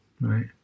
right